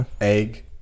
Egg